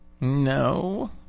No